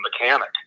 mechanic